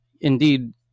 indeed